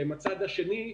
שהם הצד השני,